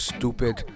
Stupid